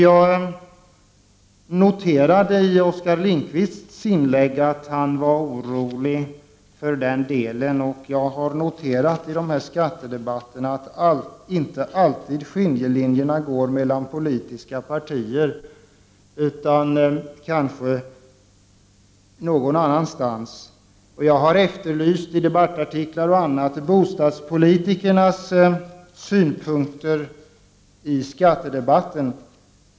Jag noterade i Oskar Lindkvists inlägg att han var orolig på den här punkten. I skattedebatterna går skiljelinjerna inte alltid mellan politiska partier utan följer ibland andra vägar. Jag har bl.a. i debattartiklar efterlyst bostadspolitikernas synpunkter i skattedebatten.